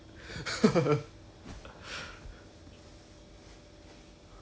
ya lor then then when when actually we could have invite her right like